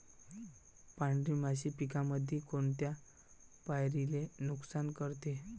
पांढरी माशी पिकामंदी कोनत्या पायरीले नुकसान करते?